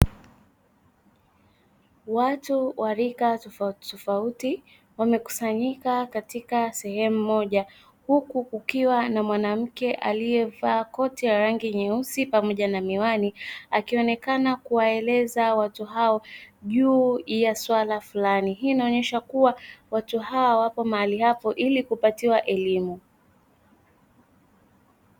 Watu wa rika tofautitofauti wamekusanyika katika sehemu moja, huku kukiwa na mwanamke aliyevaa koti la rangi nyeusi pamoja na miwani; akionekana kuwaeleza watu hao juu ya suala fulani. Hii inaonyesha kuwa watu hawa wapo mahali hapo ili kupatiwa elimu.